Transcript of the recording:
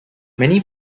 many